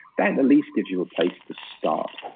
that at least gives you a place to start.